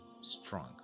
strong